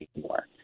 more